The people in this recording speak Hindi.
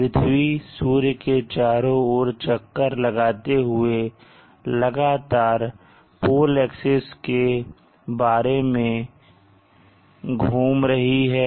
पृथ्वी सूर्य के चारों ओर चक्कर लगाते हुए लगातार पोल एक्सिस के बारे में घूम रही है